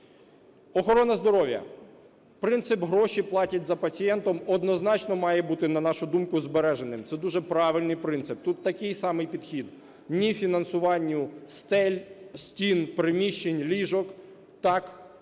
Охорона здоров'я. Принцип "гроші ходять за пацієнтом", однозначно має бути, на нашу думку, збереженим. Це дуже правильний принцип. Тут такий самий підхід: ні – фінансуванню стель, стін, приміщень, ліжок, так –